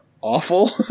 awful